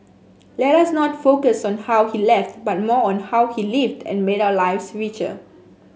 let us not focus on how he left but more on how he lived and made our lives richer